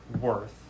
worth